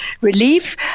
relief